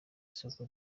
isoko